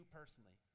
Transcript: personally